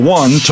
one